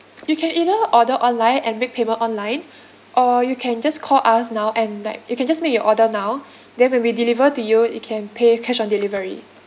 you can either order online and make payment online or you can just call us now and like you can just make your order now then when we deliver to you you can pay cash on delivery